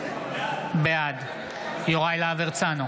בעד יוראי להב הרצנו,